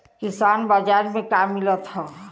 किसान बाजार मे का मिलत हव?